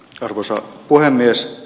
arvoisa puhemies